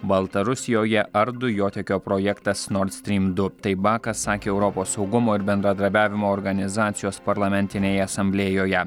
baltarusijoje ar dujotiekio projektas nord strym du taip bakas sakė europos saugumo ir bendradarbiavimo organizacijos parlamentinėj asamblėjoje